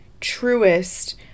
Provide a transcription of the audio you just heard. truest